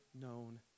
known